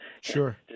Sure